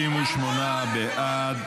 38 בעד,